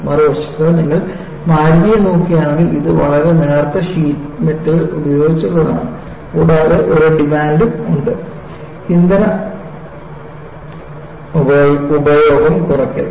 മറുവശത്ത് നിങ്ങൾ മാരുതിയെ നോക്കുകയാണെങ്കിൽ ഇത് വളരെ നേർത്ത ഷീറ്റ് മെറ്റൽ ഉപയോഗിച്ചുള്ളതാണ് കൂടാതെ ഒരു ഡിമാൻഡും ഉണ്ട് ഇന്ധന ഉപഭോഗം കുറയ്ക്കൽ